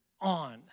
on